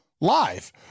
live